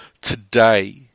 today